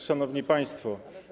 Szanowni Państwo!